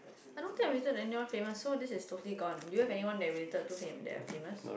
I don't think I'm related to anyone famous so this is totally gone do you have anyone that you're related to that are famous